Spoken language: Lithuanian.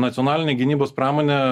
nacionalinė gynybos pramonė